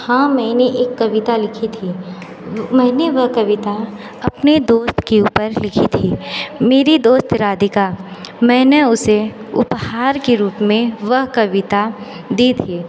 हाँ मैंने एक कविता लिखी थी मैंने वह कविता अपने दोस्त के ऊपर लिखी थी मेरी दोस्त राधिका मैंने उसे उपहार के रूप में वह कविता दी थी